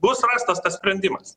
bus rastas tas sprendimas